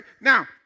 Now